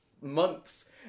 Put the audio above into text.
months